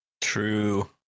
True